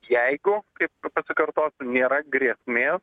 jeigu kaip pasikartosiu nėra grėsmės